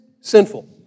sinful